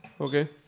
Okay